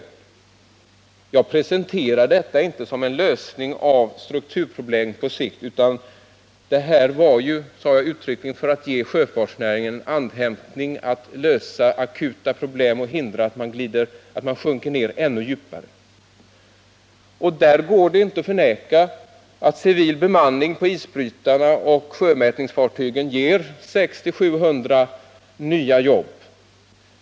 Men jag presenterade inte detta som en lösning av strukturproblemet på sikt, utan det var ju, sade jag uttryckligen, för att ge sjöfartsnäringen tid för andhämtning och hindra att den sjunker ännu djupare ner. Det går inte att förneka att civil bemanning på isbrytarna och sjömätningsfartygen ger 600-700 nya jobb.